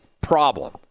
problem